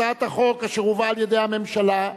הצעת החוק אשר הובאה על-ידי הממשלה,